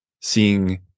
seeing